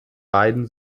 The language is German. beiden